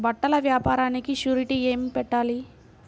బట్టల వ్యాపారానికి షూరిటీ ఏమి పెట్టాలి?